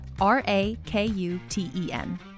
R-A-K-U-T-E-N